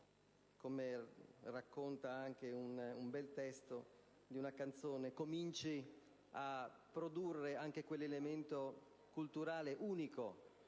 come racconta anche il bel testo di una canzone, cominci a produrre quell'elemento culturale